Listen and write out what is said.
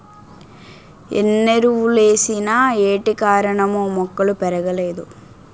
ఎన్నెరువులేసిన ఏటికారణమో మొక్కలు పెరగలేదు